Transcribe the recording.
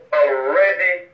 already